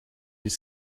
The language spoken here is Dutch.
niet